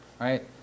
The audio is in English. right